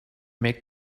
make